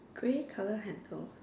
grey colour handle